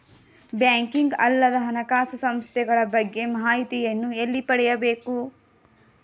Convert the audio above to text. Banking ಅಲ್ಲದ ಹಣಕಾಸು ಸಂಸ್ಥೆಗಳ ಬಗ್ಗೆ ಮಾಹಿತಿಯನ್ನು ಎಲ್ಲಿ ಪಡೆಯಬೇಕು?